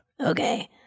Okay